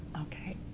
Okay